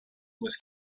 was